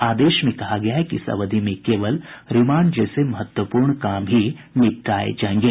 आदेश में कहा गया है कि इस अवधि में केवल रिमांड जैसे महत्वपूर्ण काम ही निपटाये जायेंगे